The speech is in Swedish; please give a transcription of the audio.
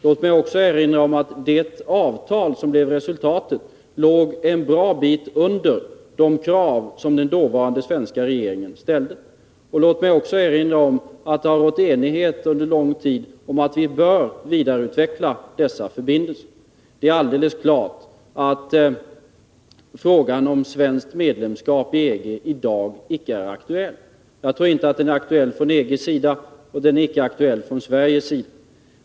Låt mig även erinra om att det avtal som blev resultatet låg en bra bit under de krav som den dåvarande svenska regeringen ställde. Låt mig slutligen erinra om att det under lång tid har rått enighet om att vi bör vidareutveckla dessa förbindelser. Det är alldeles klart att frågan om svenskt medlemskap i EG i dag inte är aktuell. Jag tror inte att den är aktuell vare sig från EG:s eller från Sveriges sida.